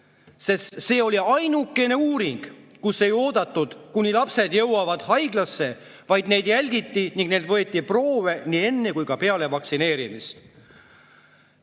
Sest see oli ainukene uuring, kus ei oodatud, kuni lapsed jõuavad haiglasse, vaid neid jälgiti ning neilt võeti proove nii enne kui ka peale vaktsineerimist.